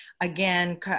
Again